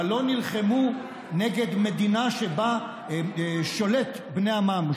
אבל לא נלחמו נגד מדינה שבה שולטים בני עמם,